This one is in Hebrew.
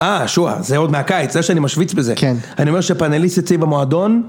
אה, שואה, זה עוד מהקיץ, זה שאני משוויץ בזה. כן. אני אומר שפאנליס אצלי במועדון...